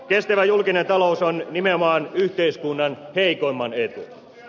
kestävä julkinen talous on nimenomaan yhteiskunnan heikoimman etu